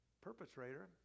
perpetrator